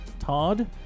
Todd